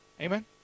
Amen